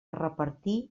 repartir